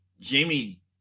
Jamie